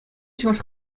чӑваш